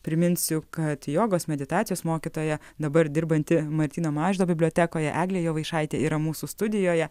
priminsiu kad jogos meditacijos mokytoja dabar dirbanti martyno mažvydo bibliotekoje eglė jovaišaitė yra mūsų studijoje